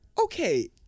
Okay